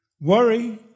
Worry